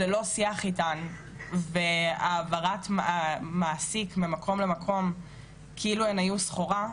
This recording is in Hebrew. ללא שיח איתן והעברת מעסיק ממקום למקום כאילו הן היו סחורה,